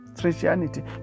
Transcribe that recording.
Christianity